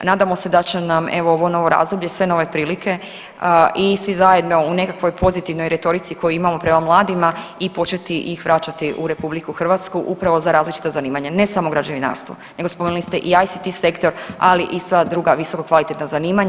Nadamo se da će nam evo ovo novo razdoblje sve nove prilike i svi zajedno u nekakvoj pozitivnoj retorici koju imamo prema mladima i početi ih vraćati u RH upravo za različita zanimanja, ne samo građevinarstvo nego spomenuli ste i ICT sektor, ali i sva druga visoko kvalitetna zanimanja.